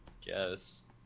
guess